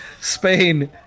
Spain